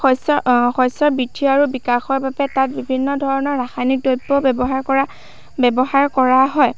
শস্যৰ শস্যৰ বৃদ্ধি আৰু বিকাশৰ বাবে তাত বিভিন্ন ধৰণৰ ৰাসায়নিক দ্ৰৱ ব্যৱহাৰ কৰা হয়